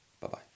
Bye-bye